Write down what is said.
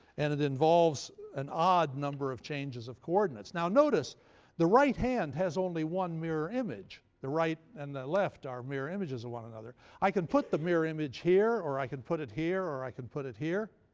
and it involves an odd number of changes of coordinates. now notice the right hand has only one mirror image the right and the left are mirror images of one another. i can put the mirror image here, or i can put it here, or i can put it here.